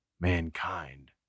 Mankind